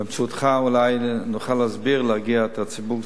באמצעותך נוכל להסביר ולהרגיע קצת את הציבור.